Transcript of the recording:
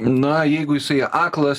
na jeigu jisai aklas